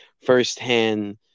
firsthand